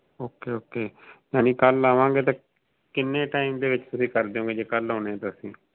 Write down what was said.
okay okay ਜਾਣੀ ਕੱਲ ਆਵਾਂਗੇ ਤਾਂ ਕਿੰਨੇ ਟਾਈਮ ਦੇ ਵਿੱਚ ਤੁਸੀਂ ਕਰ ਦਿਓਂਗੇ ਜੇ ਕੱਲ੍ਹ ਆਉਂਦੇ ਤਾਂ ਅਸੀਂ